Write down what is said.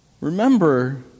Remember